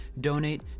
donate